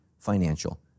financial